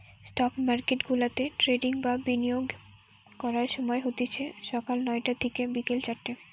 stock মার্কেটগুলাতে trading বা বিনিয়োগ করার সময় হতিছে সকাল নয়টা থিকে বিকেল চারটে